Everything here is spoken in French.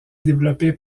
développé